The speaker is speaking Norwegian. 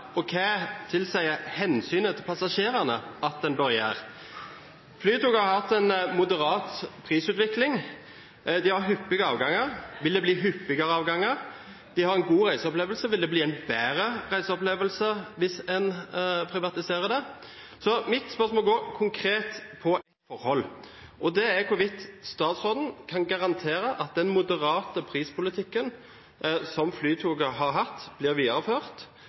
og hva tilsier hensynet til passasjerene at en bør gjøre? Flytoget har hatt en moderat prisutvikling. Det har hyppige avganger. Vil det bli hyppigere avganger? Det gir en god reiseopplevelse. Vil det bli en bedre reiseopplevelse hvis en privatiserer det? Mitt spørsmål går konkret på ett forhold, og det er hvorvidt statsråden kan garantere at den moderate prispolitikken som Flytoget har hatt, blir videreført,